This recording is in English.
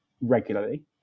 regularly